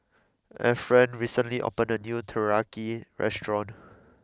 Efren recently opened a new Teriyaki restaurant